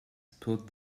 put